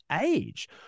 age